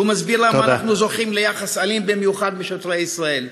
ומסביר למה אנחנו זוכים ליחס אלים במיוחד משוטרי ישראל.